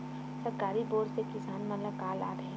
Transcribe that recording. सरकारी बोर से किसान मन ला का लाभ हे?